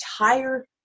entire